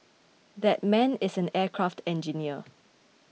that man is an aircraft engineer